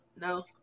No